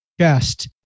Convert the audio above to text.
chest